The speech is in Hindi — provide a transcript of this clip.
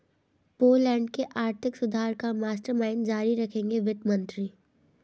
पोलैंड के आर्थिक सुधार का मास्टरमाइंड जारी रखेंगे वित्त मंत्री